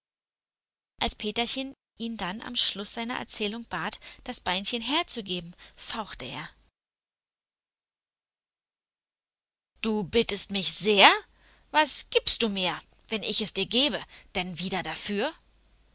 als peterchen ihn dann am schluß seiner erzählung bat das beinchen herzugeben fauchte er du bittest mich sehr was gibst du mir wenn ich es dir gebe denn wieder dafür